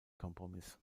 kompromiss